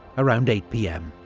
around eight pm.